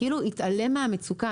הוא כאילו התעלם מהמצוקה.